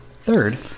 Third